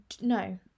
no